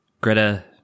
Greta